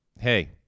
Hey